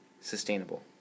sustainable